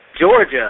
Georgia